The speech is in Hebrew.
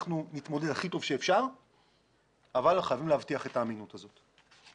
אנחנו נתמודד הכי טוב שאפשר אבל חייבים להבטיח את האמינות הזאת.